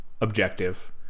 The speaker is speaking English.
objective